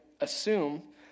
assume